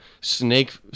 Snake